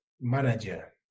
manager